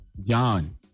John